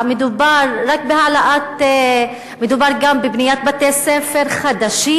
מדובר גם בבניית בתי-ספר חדשים?